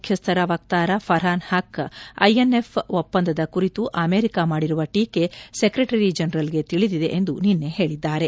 ಮುಖ್ಯಸ್ಥರ ವಕ್ತಾರ ಫರ್ಡಾನ್ ಹಕ್ ಐಎನ್ಎಫ್ ಒಪ್ಪಂದದ ಕುರಿತು ಅಮೆರಿಕ ಮಾಡಿರುವ ಟೀಕೆ ಸ್ಕೆರ್ಟರಿ ಜನರಲ್ಗೆ ತಿಳಿದಿದೆ ಎಂದು ನಿನ್ನೆ ಹೇಳಿದ್ದಾರೆ